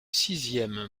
sixième